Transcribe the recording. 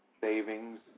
Savings